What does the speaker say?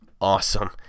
awesome